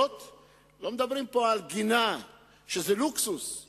צריך לעשות הכול כדי שלא יבזבזו מים.